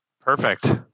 Perfect